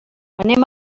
anem